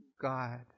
God